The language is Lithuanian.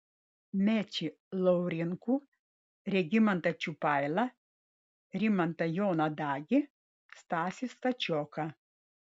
mečį laurinkų regimantą čiupailą rimantą joną dagį stasį stačioką